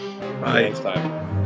bye